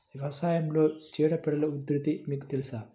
వ్యవసాయంలో చీడపీడల ఉధృతి మీకు తెలుసా?